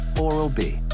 Oral-B